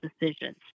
decisions